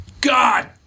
God